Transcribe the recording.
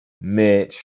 mitch